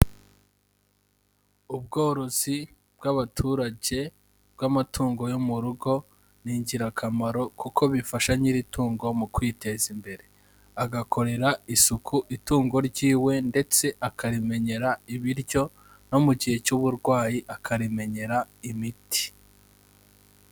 Ubworozi bw'abaturage bw'amatungo yo mu rugo ni ingirakamaro kuko bifasha nyiri itungo mu kwiteza imbere, agakorera isuku itungo ry'iwe ndetse akarimenyera ibiryo no mu gihe cy'uburwayi akarimenyera imiti.